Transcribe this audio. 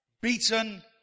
beaten